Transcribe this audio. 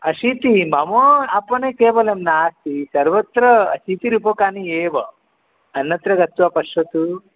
अशीतिः मम आपणे केवलं नास्ति सर्वत्र अशीतिरूप्यकाणि एव अन्यत्र गत्वा पश्यतु